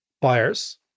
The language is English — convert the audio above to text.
buyers